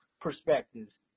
perspectives